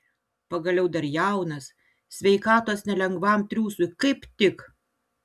pagaliau dar jaunas sveikatos nelengvam triūsui kaip tik